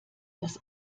das